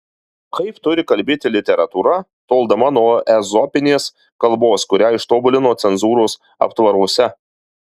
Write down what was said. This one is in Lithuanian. kaip turi kalbėti literatūra toldama nuo ezopinės kalbos kurią ištobulino cenzūros aptvaruose